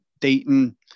Dayton